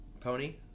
Pony